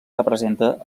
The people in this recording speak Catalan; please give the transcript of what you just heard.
representa